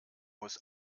muss